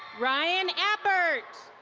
ryan appert.